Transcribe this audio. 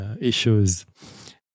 issues